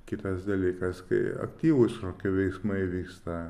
kitas dalykas kai aktyvūs kokie veiksmai vyksta